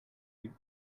with